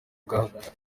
gahato